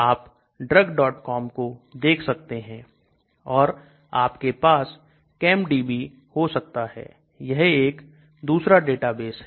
आप Drugcom को देख सकते हैं और आपके पास ChemDB हो सकता है यह एक दूसरा डेटाबेस है